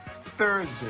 Thursday